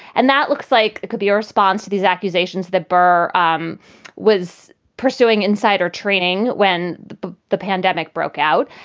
and that looks like it could be a response to these accusations that burr um was pursuing insider trading when the the pandemic broke out.